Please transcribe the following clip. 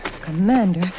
Commander